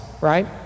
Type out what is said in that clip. right